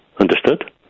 Understood